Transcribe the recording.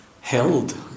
held